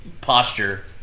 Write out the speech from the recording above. posture